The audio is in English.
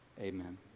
Amen